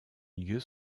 lieux